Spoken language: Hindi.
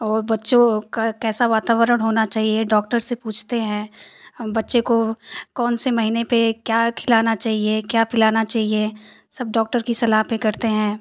और बच्चों का कैसा वातावरण होना चाहिए डॉक्टर से पूछते है हम बच्चे को कौन से महीने पर क्या खिलाना चाहिए क्या पिलाना चहिए सब डॉक्टर कि सलाह पर करते हैं